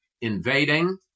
invading